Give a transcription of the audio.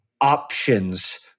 options